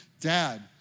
Dad